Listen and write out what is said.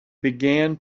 began